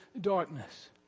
darkness